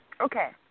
Okay